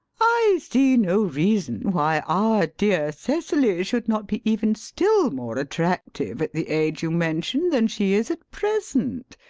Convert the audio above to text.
i see no reason why our dear cecily should not be even still more attractive at the age you mention than she is at present.